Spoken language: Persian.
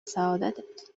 سعادتت